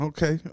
Okay